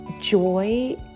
joy